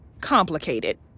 complicated